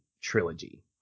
trilogy